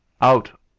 Out